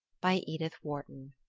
by edith wharton